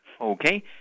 Okay